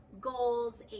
goals